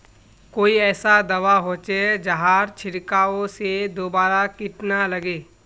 कोई ऐसा दवा होचे जहार छीरकाओ से दोबारा किट ना लगे?